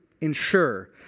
ensure